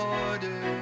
order